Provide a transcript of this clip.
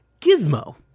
Gizmo